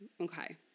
Okay